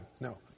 No